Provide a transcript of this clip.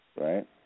right